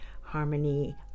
harmony